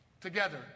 Together